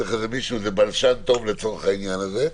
צריך בלשן טוב לצורך העניין הזה.